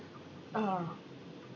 ah